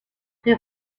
pré